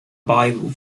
bible